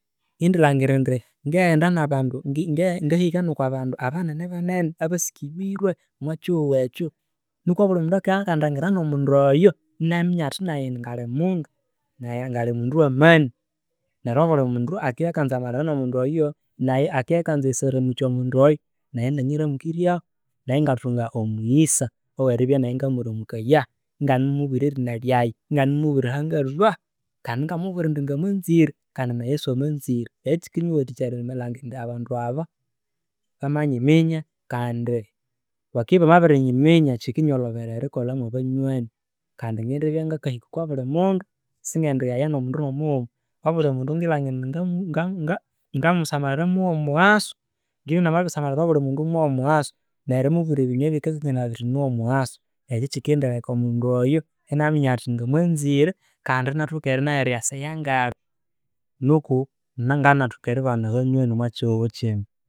Ngendi lhangira indi ngaghenda na bandu ngi- ngahike no kwa bandu abanene banene abasikibirwe omw kihugho ekyo nikwa obuli mundu akibya akandangira no mundu'yo, inia minya athi nayi ngali mundu nayi ngali mundu wa mani neryo obuli mundu akibya akanzamalira no mundu oyo akibya akanza erisya muramukya omundu oyo, nayi inianyiramukiryamo nayi ingathunga omuyisa oweribya nayi iningamuramukaya inganerimumubwira erina lyayi ingane mumubwira ahangalhwa kandi ingamubwira indi ngamwanzire kandi na yesu amwanzire. Ekyo kikinyiwathikya erilhangira indi abandu aba bamanyiminya kandi bakibya bamabirirnyiminya, kikinyolhobera erikolha mwa banywani kandi ngendi ngakahika okwa buli mundu singendi ghaya nomundu no mughuma. Obuli mundu ngilangira ind ngamulangira ngowo mughaso. Ngibya ngamabirilangira omundu mwa wa mughaso neri mubwira ebinywa ebikakanganaya indi niwo muwaso, ekyo kikendileka omundu oyo iniaminya athi ngamwanzire kandi inathoka nayo eryasa eyangali nuku na nganathoka eribana abanywani omwa hihugho kino.